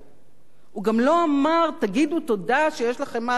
הוא גם לא אמר: תגידו תודה שיש לכם מה לאכול